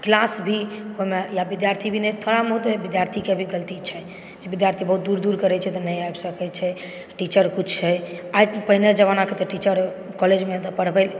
class भी होना या विद्यार्थी भी थोड़ा बहुत एहिमे विद्यार्थीके भी गलती छै जे विद्यार्थी बहुत दूर दूरके रहै छथि तऽ नहि आबि सकै छै टीचर किछु छै आइ पहिने जमानाके तऽ टीचर कॉलेजमे तऽ पढ़बै